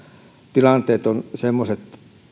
tilanteet ovat semmoiset